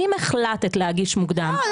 אם החלטת להגיש מוקדם ויכולה להיות לנו --- לא,